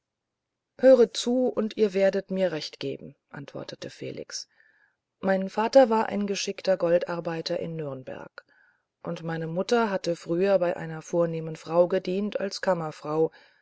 höret zu und ihr werdet mir recht geben antwortete felix mein vater war ein geschickter goldarbeiter in nürnberg und meine mutter hatte früher bei einer vornehmen frau gedient als kammerfrau